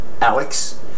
Alex